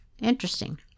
Interesting